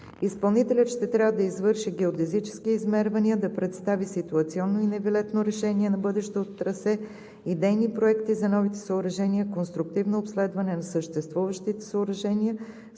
Изпълнителят ще трябва да извърши геодезически измервания, да представи ситуационно и нивелетно решение на бъдещото трасе, идейни проекти за новите съоръжения, конструктивно обследване на съществуващите съоръжения